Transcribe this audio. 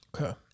Okay